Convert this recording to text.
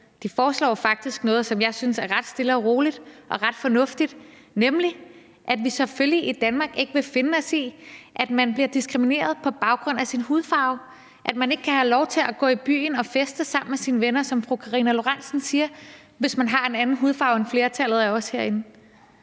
De foreslår faktisk noget, som jeg synes er ret stille og roligt og ret fornuftigt, nemlig at vi i Danmark selvfølgelig ikke vil finde os i, at man bliver diskrimineret på baggrund af sin hudfarve, at man ikke kan have lov til at gå i byen og feste sammen med sine venner, som fru Karina Lorentzen Dehnhardt siger, hvis man har en anden hudfarve end flertallet af os herinde.